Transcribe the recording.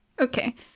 Okay